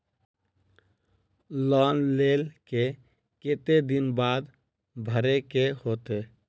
Loan लेल के केते दिन बाद भरे के होते?